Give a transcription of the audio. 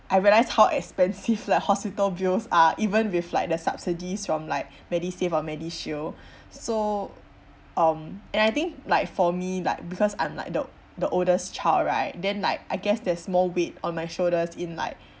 I realise how expensive like hospital bills are even with like the subsidies from like medisave or medishield so um and I think like for me like because I'm like the the oldest child right then like I guess there's more weight on my shoulders in like